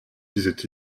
disait